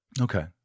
okay